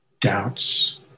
doubts